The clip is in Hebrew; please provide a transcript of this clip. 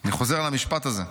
אני חוזר על המשפט הזה: